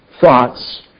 thoughts